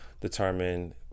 determine